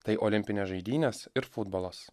tai olimpinės žaidynės ir futbolas